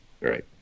Right